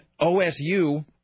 OSU